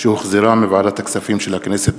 שהחזירה ועדת הכספים של הכנסת.